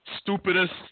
stupidest